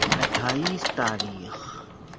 اٹھائیس تاریخ